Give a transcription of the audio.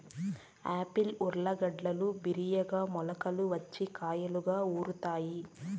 Apple ఊర్లగడ్డలు బిరిగ్గా మొలకలు వచ్చి కాయలుగా ఊరుతాయి